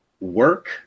work